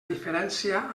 diferència